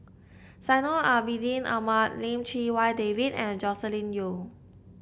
Zainal Abidin Ahmad Lim Chee Wai David and Joscelin Yeo